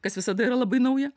kas visada yra labai nauja